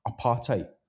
apartheid